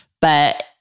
But-